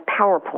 PowerPoint